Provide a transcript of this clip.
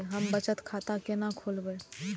हम बचत खाता केना खोलैब?